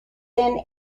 then